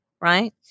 Right